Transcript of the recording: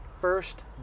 first